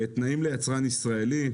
תנאים ליצרן ישראלי,